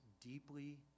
deeply